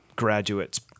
graduates